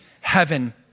heaven